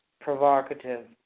provocative